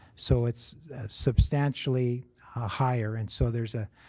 so it's substantially higher and so there's i